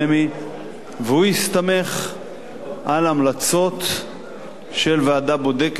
והוא הסתמך על המלצות של ועדה בודקת שהיו חברים בה